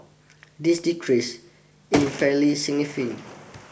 this decrease is fairly significant